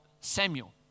Samuel